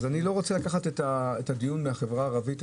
אני לא רוצה להסיט את הדיון מן החברה הערבית.